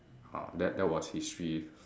ya that that was history